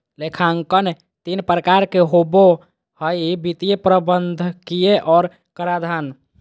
लेखांकन तीन प्रकार के होबो हइ वित्तीय, प्रबंधकीय और कराधान